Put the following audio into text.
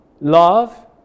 love